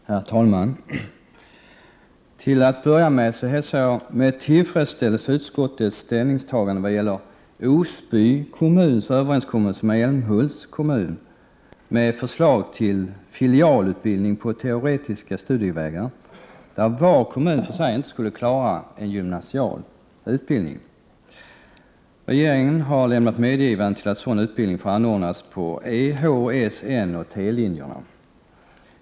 Herr talman! Till att börja med hälsar jag med tillfredsställelse utskottets ställningstagande vad gäller Osby kommuns överenskommelse med Älm hults kommun med förslag till filialutbildning på teoretiska studievägar, där Prot. 1988/89:120 var kommun för sig inte skulle klara en gymnasial utbildning. Regeringen har 24 maj 1989 lämnat medgivande till att sådan utbildning får anordnas på E-, H-, S-, N och T-linjerna.